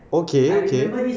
okay okay